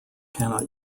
cannot